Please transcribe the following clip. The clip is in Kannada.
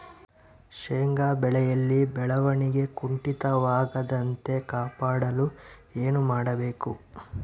ಶೇಂಗಾ ಬೆಳೆಯಲ್ಲಿ ಬೆಳವಣಿಗೆ ಕುಂಠಿತವಾಗದಂತೆ ಕಾಪಾಡಲು ಏನು ಮಾಡಬೇಕು?